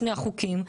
שני החוקים,